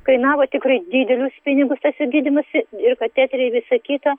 kainavo tikrai didelius pinigus tasai gydymas ir kateteriai visa kita